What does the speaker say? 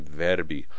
verbi